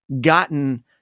gotten